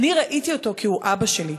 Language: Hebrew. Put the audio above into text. אני ראיתי אותו כי הוא אבא שלי,